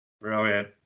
Brilliant